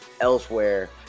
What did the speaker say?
elsewhere